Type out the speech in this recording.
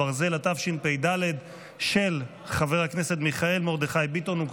התשפ"ד 2024, של חבר הכנסת אופיר